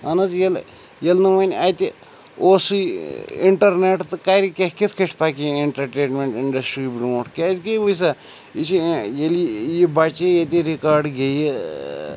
اہن حظ ییٚلہٕ ییٚلہٕ نہٕ وۄنۍ اَتہِ اوٗسُے اِنٹَرنیٚٹ تہٕ کَرِ کیٛاہ کِتھ کٲٹھۍ پَکہِ یہِ ایٚنٹَرٹینمیٚنٛٹ اِنٛڈَسٹِرٛی برٛونٛٹھ کیٛازِکہِ یہِ وُچھ سا یہِ چھِ ییٚلہِ یہِ بَچہِ ییٚتہِ رِکارڈ گیٚیہِ ٲں